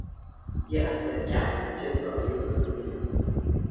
ji atveria kelią į čempionų lygos turnyrą